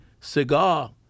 cigar